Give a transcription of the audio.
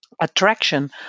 attraction